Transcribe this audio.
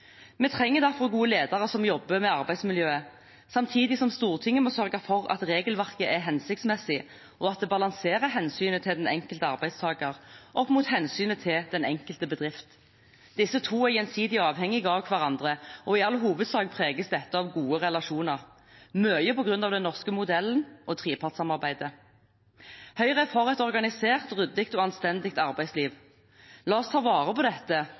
Vi trenger derfor gode ledere som jobber med arbeidsmiljøet, samtidig som Stortinget må sørge for at regelverket er hensiktsmessig, og at det balanserer hensynet til den enkelte arbeidstaker opp mot hensynet til den enkelte bedrift. Disse to er gjensidig avhengig av hverandre, og i all hovedsak preges dette av gode relasjoner – mye på grunn av den norske modellen og trepartssamarbeidet. Høyre er for et organisert, ryddig og anstendig arbeidsliv. La oss ta vare på dette